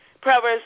Proverbs